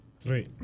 Three